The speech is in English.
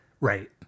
right